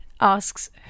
asks